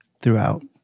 throughout